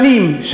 שנים,